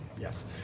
Yes